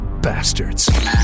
bastards